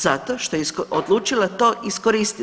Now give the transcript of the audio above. Zato što je odlučila to iskoristiti.